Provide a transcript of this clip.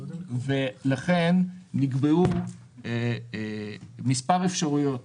לכן נקבעו מספר אפשרויות